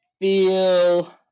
feel